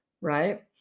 right